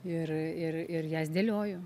ir ir ir jas dėlioju